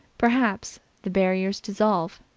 perhaps, the barriers dissolve,